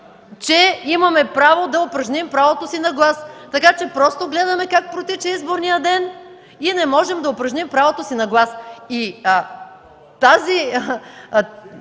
че имаме право да упражним правото си на глас. Така че просто гледаме как протича изборния ден и не можем да упражним правото си на глас.